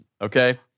Okay